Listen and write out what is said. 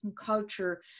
culture